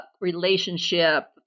relationship